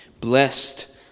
Blessed